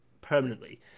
permanently